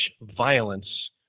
violence